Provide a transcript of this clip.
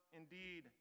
indeed